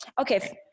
Okay